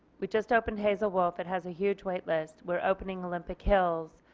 we just opened hazel wolf it has a huge waitlist. we are opening olympic hills.